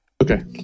Okay